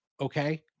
Okay